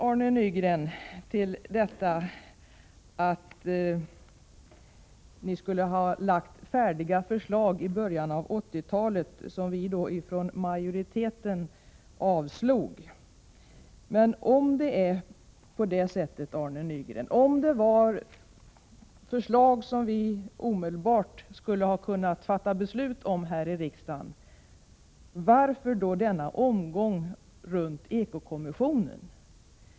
Arne Nygren säger att ni skulle ha lagt fram färdiga förslag i början av 1980-talet som vi då från den borgerliga majoriteten avslog. Men om det fanns förslag som vi omedelbart skulle ha kunnat fatta beslut om i riksdagen, varför då denna omgång runt eko-kommissionen?